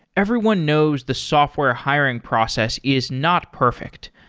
everyone knows the software hiring process is not perfect.